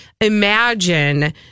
imagine